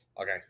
Okay